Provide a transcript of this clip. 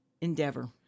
endeavor